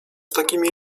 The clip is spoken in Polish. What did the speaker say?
takimi